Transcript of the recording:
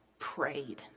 prayed